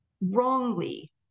wrongly